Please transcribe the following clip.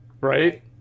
right